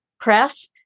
Press